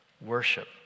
worship